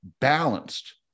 balanced